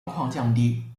降低